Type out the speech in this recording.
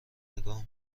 نگاه